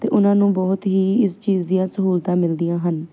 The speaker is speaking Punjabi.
ਤੇ ਉਹਨਾਂ ਨੂੰ ਬਹੁਤ ਹੀ ਇਸ ਚੀਜ਼ ਦੀਆਂ ਸਹੂਲਤਾਂ ਮਿਲਦੀਆਂ ਹਨ